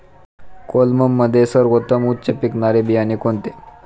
कोलममध्ये सर्वोत्तम उच्च पिकणारे बियाणे कोणते?